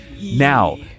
Now